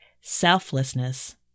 selflessness